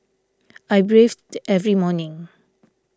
I bathed every morning